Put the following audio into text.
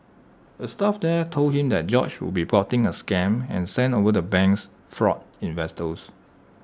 A staff there told him that George would be plotting A scam and sent over the bank's fraud investigators